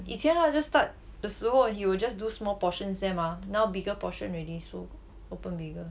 以前 lah just start 的时候 he will just do small portions 先 mah now bigger portion already so open bigger